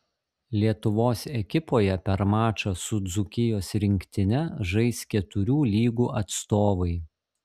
lietuvos ekipoje per mačą su dzūkijos rinktine žais keturių lygų atstovai